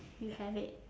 you have it